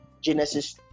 genesis